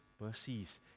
mercies